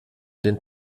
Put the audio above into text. den